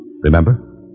Remember